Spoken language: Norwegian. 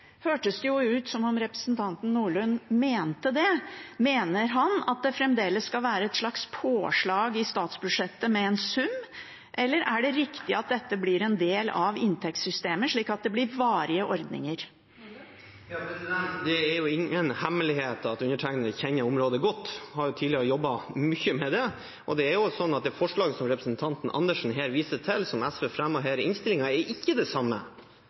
hørtes det ut som om representanten Nordlund mente det. Mener han at det fremdeles skal være et slags påslag i statsbudsjettet med en sum? Eller er det riktig at dette blir en del av inntektssystemet, slik at det blir varige ordninger? Det er ingen hemmelighet at undertegnede kjenner området godt – jeg har tidligere jobbet mye med det. Det er også sånn at det forslaget som representanten Andersen her viser til, som SV fremmer i innstillingen, ikke er det samme